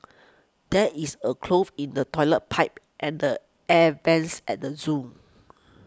there is a clog in the Toilet Pipe and the Air Vents at the zoo